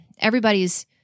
Everybody's